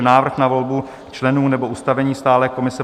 Návrh na volbu členů nebo ustavení stálé komise